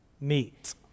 meet